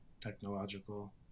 technological